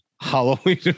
Halloween